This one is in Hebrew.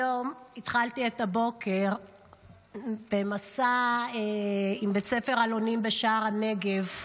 היום התחלתי את הבוקר במסע עם בית ספר אלונים בשער הנגב.